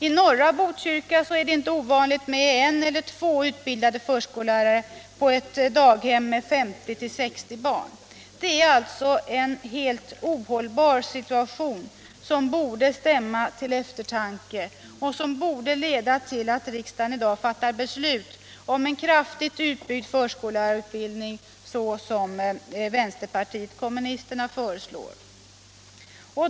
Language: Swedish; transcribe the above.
I norra Borkyrka är det inte ovandligt med en eller två utbildade förskollärare på daghem med 50-60 barn. Detta är en helt ohållbar situation, som borde stämma till eftertanke och som borde leda till att riksdagen i dag fattar beslut om en kraftigt utbyggd förskollärareutbildning, som vpk föreslår.